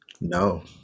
No